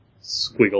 squiggle